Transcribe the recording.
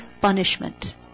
punishment